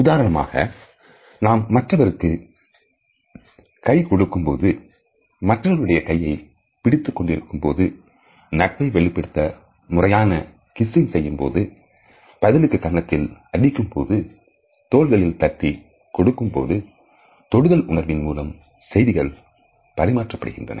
உதாரணமாக நாம் மற்றவருக்கு கை கொடுக்கும் போது மற்றவருடைய கையை பிடித்துக் கொண்டிருக்கும்போது நட்பை வெளிப்படுத்த முறையான kissing செய்யும்போது பதிலுக்கு கன்னத்தில் அடிக்கும் போதும்தோல்களில் தட்டிக் கொடுக்கும் போதும்தொடுதல் உணர்வின் மூலம் செய்திகள் பரிமாறப்படுகின்றன